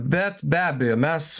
bet be abejo mes